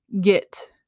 get